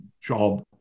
job